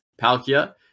Palkia